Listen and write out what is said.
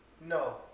No